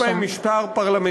במדינות שיש בהן משטר פרלמנטרי,